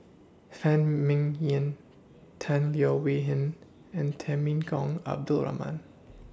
Phan Ming Yen Tan Leo Wee Hin and Temenggong Abdul Rahman